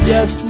Yes